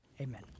Amen